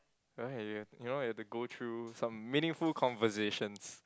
right you have you know you have to go through some meaningful conversations